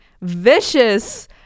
vicious